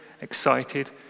excited